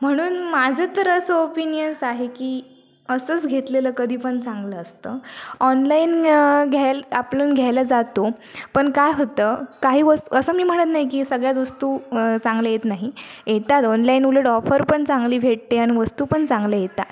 म्हणून माझं तर असं ओपिनियन्स आहे की असंच घेतलेलं कधी पण चांगलं असतं ऑनलाईन घ्यायल आपण घ्यायला जातो पण काय होतं काही वस असं मी काही म्हणत नाही की सगळ्याच वस्तू चांगल्या येत नाही येतात ऑनलाईन उलट ऑफर पण चांगली भेटते अन् वस्तू पण चांगल्या येतात